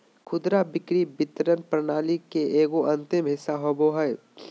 खुदरा बिक्री वितरण प्रक्रिया के एगो अंतिम हिस्सा होबो हइ